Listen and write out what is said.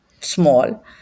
small